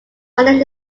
only